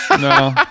No